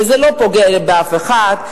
וזה לא פוגע באף אחד,